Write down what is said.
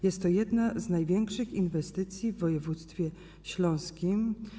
Jest to jedna z największych inwestycji w województwie śląskim.